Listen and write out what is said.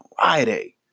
Friday